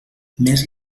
més